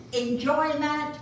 enjoyment